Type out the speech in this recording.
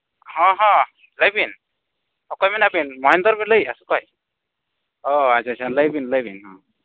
ᱦᱚᱸ ᱦᱚᱸ ᱞᱟᱹᱭ ᱵᱤᱱ ᱚᱠᱚᱭ ᱢᱮᱱᱫᱟᱵᱤᱱ ᱢᱚᱦᱮᱱᱫᱚᱨ ᱵᱤᱱ ᱞᱟᱹᱭᱮᱫᱼᱟ ᱥᱮ ᱚᱠᱚᱭ ᱚ ᱟᱪᱪᱷᱟ ᱟᱪᱪᱷᱟ ᱞᱟᱹᱭ ᱵᱤᱱ ᱞᱟᱹᱭ ᱵᱤᱱ ᱦᱚᱸ